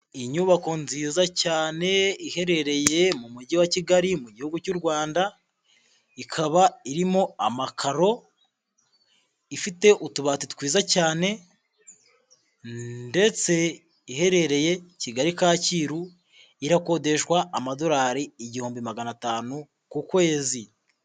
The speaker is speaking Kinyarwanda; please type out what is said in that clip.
Inyubako nziza cyane iherereye mu Mujyi wa Kigali mu Gihugu cy'u Rwanda, ikaba irimo amakaro, ifite utubati twiza cyane ndetse iherereye Kigali, Kacyiru irakodeshwa amadolari igihumbi magana atanu ku kwezi.